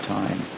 time